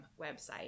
website